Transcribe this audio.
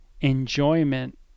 enjoyment